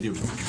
בדיוק.